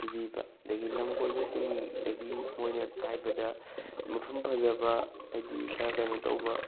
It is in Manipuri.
ꯄꯤꯕꯤꯕ ꯑꯗꯨꯗꯒꯤ ꯂꯝ ꯀꯣꯏꯕꯁꯤꯡꯗꯒꯤ ꯃꯣꯏꯅ ꯍꯥꯏꯕꯗ ꯃꯐꯝ ꯐꯖꯕ ꯍꯥꯏꯕꯗꯤ ꯈꯔ ꯀꯩꯅꯣ ꯇꯧꯕ